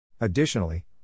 Additionally